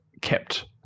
kept